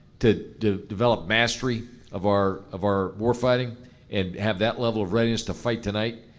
to to develop mastery of our of our warfighting and have that level of readiness to fight tonight,